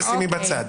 את כל זה שימי בצד.